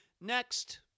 Next